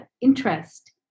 interest